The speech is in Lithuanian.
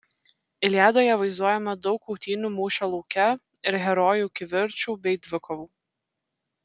iliadoje vaizduojama daug kautynių mūšio lauke ir herojų kivirčų bei dvikovų